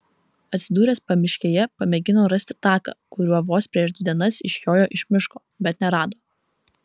atsidūręs pamiškėje pamėgino rasti taką kuriuo vos prieš dvi dienas išjojo iš miško bet nerado